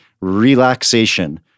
relaxation